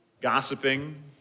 gossiping